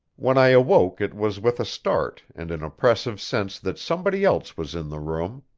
when i awoke it was with a start and an oppressive sense that somebody else was in the room.